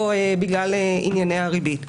או בגלל ענייני הריבית.